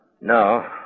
No